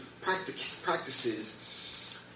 Practices